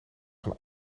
van